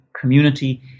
community